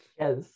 Yes